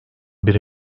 biri